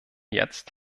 jetzt